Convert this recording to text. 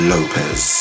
Lopez